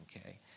okay